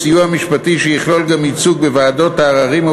סיועי משפטי שיכלול גם ייצוג בוועדות העררים או